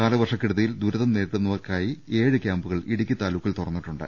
കാലവർഷക്കെടുതിയിൽ ദുരിതം നേരിടുന്ന വർക്കായി ഏഴ് ക്യാമ്പുകൾ ഇടുക്കി താലൂക്കിൽ തുറന്നിട്ടുണ്ട്